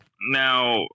Now